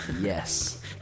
yes